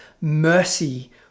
mercy